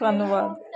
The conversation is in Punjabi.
ਧੰਨਵਾਦ